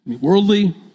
worldly